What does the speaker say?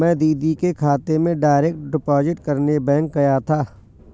मैं दीदी के खाते में डायरेक्ट डिपॉजिट करने बैंक गया था